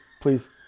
please